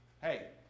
Hey